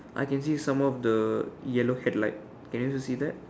I can see some of the yellow headlight can you also see that